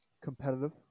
Competitive